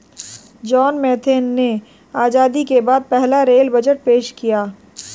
John Mathai ने आजादी के बाद पहला रेल बजट पेश किया